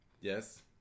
Yes